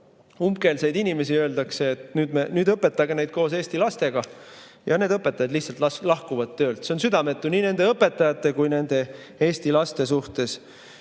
pool umbkeelseid inimesi ja öeldakse, et nüüd õpetage neid koos eesti lastega. Ja need õpetajad lihtsalt lahkuvad töölt. See on südametu nii nende õpetajate kui ka nende eesti laste